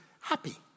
happy